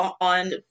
on